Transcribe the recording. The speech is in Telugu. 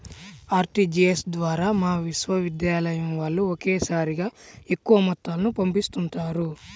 ఆర్టీజీయస్ ద్వారా మా విశ్వవిద్యాలయం వాళ్ళు ఒకేసారిగా ఎక్కువ మొత్తాలను పంపిస్తుంటారు